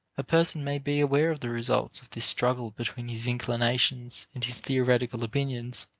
a person may be aware of the results of this struggle between his inclinations and his theoretical opinions